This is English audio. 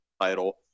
title